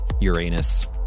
Uranus